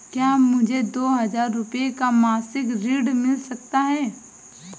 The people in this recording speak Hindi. क्या मुझे दो हजार रूपए का मासिक ऋण मिल सकता है?